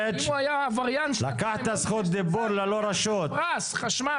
היה עבריין -- פרס חשמל.